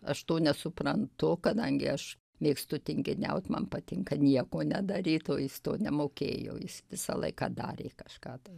aš to nesuprantu kadangi aš mėgstu tinginiaut man patinka nieko nedaryt o jis to nemokėjo jis visą laiką darė kažką tai